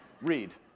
Read